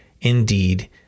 indeed